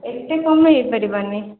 ଏତେ କମେଇ ହେଇପାରିବନି